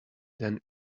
than